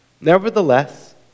Nevertheless